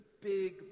big